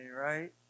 right